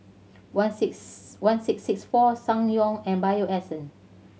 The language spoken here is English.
one six one six six four Ssangyong and Bio Essence